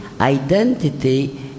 identity